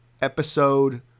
Episode